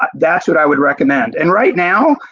ah that is what i would recommend. and right now,